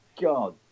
god